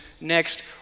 next